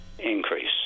Increase